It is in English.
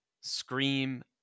scream